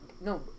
no